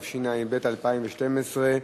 התשע"ב 2012,